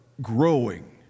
growing